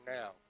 now